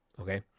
Okay